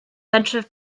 bentref